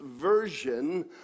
version